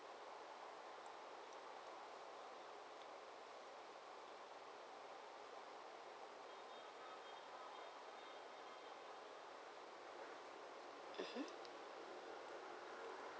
mmhmm